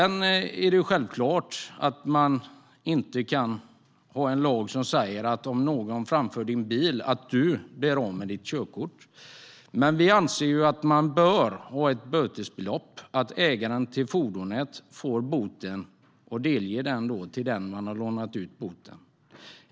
Självklart går det inte att ha en lag som säger att man kan bli av med sitt körkort när det är någon annan som framfört ens bil. Men vi anser att man bör ha ett bötesbelopp och att ägaren till fordonet ska få boten och delge billånaren denna.